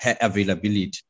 availability